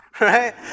right